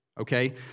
okay